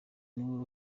niwe